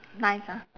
nice ah